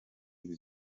ibi